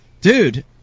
Dude